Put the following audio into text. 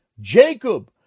jacob